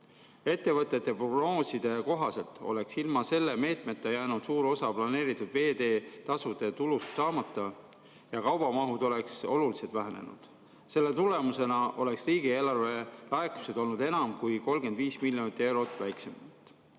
Ettevõtete prognooside kohaselt oleks ilma selle meetmeta jäänud suur osa planeeritud veeteetasude tulust saamata ja kaubamahud oleks oluliselt vähenenud. Selle tulemusena oleks riigieelarve laekumised olnud enam kui 35 miljonit eurot väiksemad.